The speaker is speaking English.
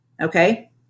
okay